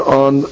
on